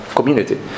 community